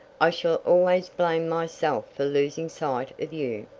i shall always blame myself for losing sight of you.